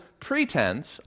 pretense